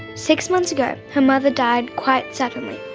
six months ago her mother died quite suddenly.